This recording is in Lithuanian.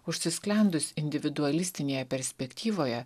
užsisklendus individualistinėje perspektyvoje